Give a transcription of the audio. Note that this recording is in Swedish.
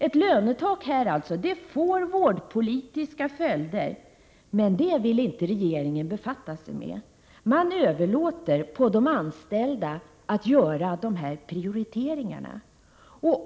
Ett lönetak på detta område får alltså vårdpolitiska följder, men det vill regeringen inte befatta sig med utan överlåter åt de anställda att göra prioriteringarna.